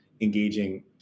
engaging